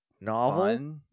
Novel